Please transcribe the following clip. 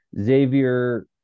Xavier